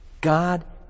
God